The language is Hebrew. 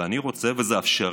ואני רוצה, וזה אפשרי,